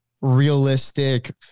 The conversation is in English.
realistic